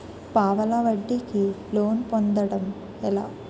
పావలా వడ్డీ కి లోన్ పొందటం ఎలా?